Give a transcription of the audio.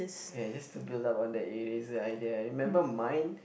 ya is just to build up on the eraser idea I remember mine